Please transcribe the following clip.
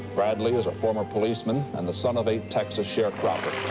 bradley is a former policeman and the son of a texas sharecropper.